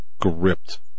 gripped